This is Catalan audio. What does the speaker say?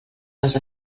les